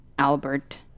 albert